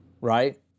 right